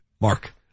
Mark